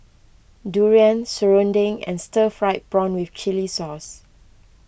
Durian Serunding and Stir Fried Prawn with Chili Sauce